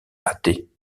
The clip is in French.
athée